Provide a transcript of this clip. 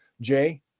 Jay